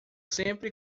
sempre